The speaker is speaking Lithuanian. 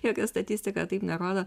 jokia statistika taip nerodo